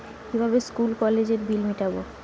কিভাবে স্কুল কলেজের বিল মিটাব?